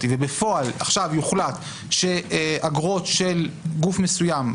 ובפועל עכשיו יוחלט שאגרות של גוף מסוים,